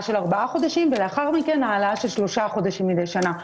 של ארבעה חודשים ולאחר מנכן העלאה של שלושה חודשים מדי שנה.